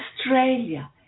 Australia